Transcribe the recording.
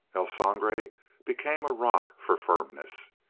el sangre became a rock for firmness.